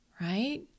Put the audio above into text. right